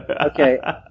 Okay